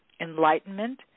enlightenment